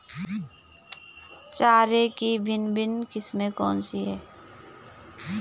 चारे की भिन्न भिन्न किस्में कौन सी हैं?